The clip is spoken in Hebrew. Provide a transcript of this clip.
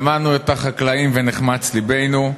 שמענו את החקלאים ונחמץ לבנו.